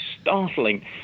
startling